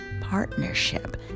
partnership